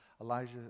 Elijah